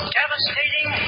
devastating